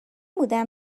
بودم